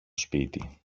σπίτι